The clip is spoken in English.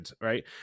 right